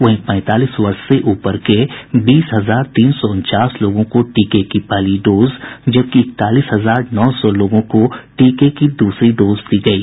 वहीं पैंतालीस वर्ष से ऊपर के बीस हजार तीन सौ उनचास लोगों को टीके की पहली डोज जबकि इकतालीस हजार नौ सौ लोगों को टीके की दूसरी डोज दी गयी